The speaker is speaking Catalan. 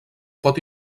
pot